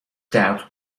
doubt